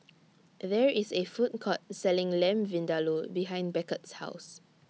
There IS A Food Court Selling Lamb Vindaloo behind Beckett's House